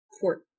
court